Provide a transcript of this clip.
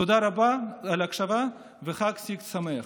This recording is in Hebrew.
תודה רבה על ההקשבה וחג סיגד שמח.